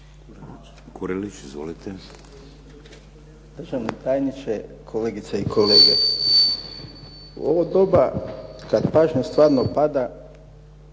Kurelić. Izvolite.